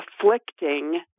afflicting